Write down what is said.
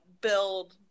build